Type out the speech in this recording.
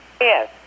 Yes